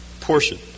portion